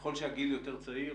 שככל שהגיל יותר צעיר,